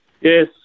Yes